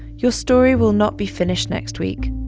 your story will not be finished next week.